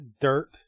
dirt